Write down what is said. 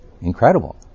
incredible